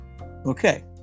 Okay